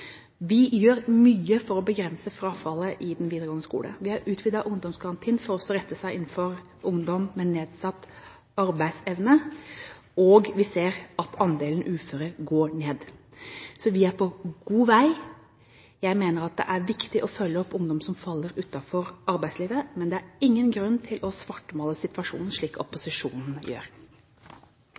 Vi gjør mye for å begrense frafallet i den videregående skole. Vi har utvidet ungdomsgarantien for også å rette den inn mot ungdom med nedsatt arbeidsevne, og vi ser at andelen uføre går ned. Så vi er på god vei. Jeg mener at det er viktig å følge opp ungdom som faller utenfor arbeidslivet, men det er ingen grunn til å svartmale situasjonen slik opposisjonen gjør.